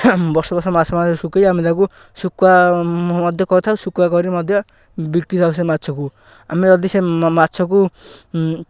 ବର୍ଷ ବର୍ଷ ମାସ ମାସ ଶୁଖେଇ ଆମେ ତାକୁ ଶୁଖୁଆ ମଧ୍ୟ କରିଥାଉ ଶୁଖୁଆ କରି ମଧ୍ୟ ବିକିଥାଉ ସେ ମାଛକୁ ଆମେ ଯଦି ସେ ମାଛକୁ